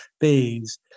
phase